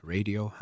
Radio